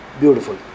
beautiful